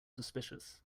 suspicious